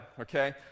Okay